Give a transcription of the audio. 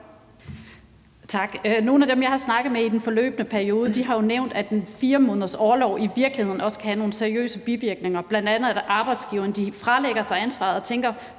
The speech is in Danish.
Nogle af dem, jeg har snakket med i den forløbne periode, har nævnt, at 4 måneders orlov i virkeligheden også kan have nogle seriøse bivirkninger, bl.a. at arbejdsgiverne fralægger sig ansvaret og forventer,